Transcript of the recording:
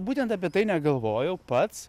būtent apie tai negalvojau pats